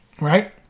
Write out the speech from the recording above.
right